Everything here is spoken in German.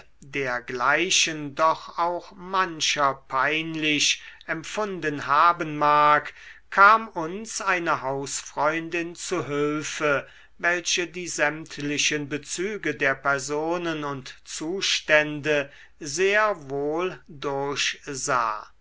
dergleichen doch auch mancher peinlich empfunden haben mag kam uns eine hausfreundin zu hülfe welche die sämtlichen bezüge der personen und zustände sehr wohl durchsah